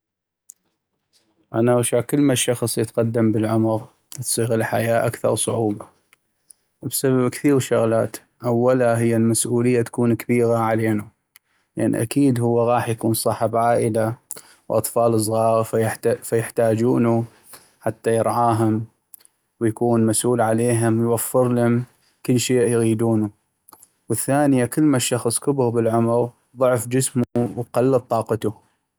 انا اغشع كلما الشخص يتقدم بالعمغ تصيغ الحياة اكثغ صعوبة بسبب كثيغ شغلات أوله هي المسؤولية تكون كبيغا علينو لأن اكيد هو غاح يكون صاحب عائلة وأطفال صغاغ فيحتاجونو حتى يرعاهم ويكون مسؤول عليهم ويوفرلم كل شي يغيدونو ، والثانية كلما الشخص كبغ بالعمغ ضعف جسمو وقلت طاقتو.